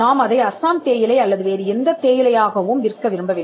நாம் அதை அசாம் தேயிலை அல்லது வேறு எந்தத் தேயிலையாகவும் விற்க விரும்பவில்லை